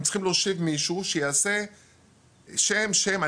הם צריכים להושיב מישהו שיעשה שם, שם.